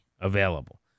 available